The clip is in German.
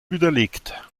widerlegt